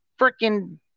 freaking